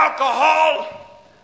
Alcohol